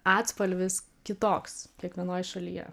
atspalvis kitoks kiekvienoj šalyje